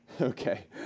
okay